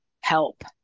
help